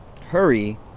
hurry